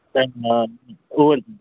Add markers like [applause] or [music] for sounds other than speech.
[unintelligible]